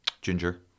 Ginger